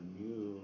new